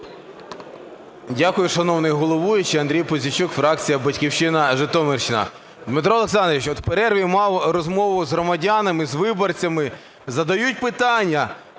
Дякую, шановний головуючий. Андрій Пузійчук, фракція "Батьківщина", Житомирщина. Дмитро Олександрович, от в перерві мав розмову з громадянами, з виборцями. Задають питання: